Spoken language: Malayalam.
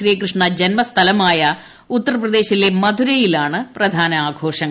ശ്രീകൃഷ്ണ ജന്മസ്ഥലമായ ഉത്തർപ്രദേശിലെ മധുരയിലാണ് പ്രധാന ആഘോഷങ്ങൾ